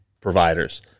providers